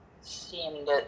seemed